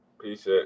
Peace